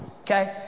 Okay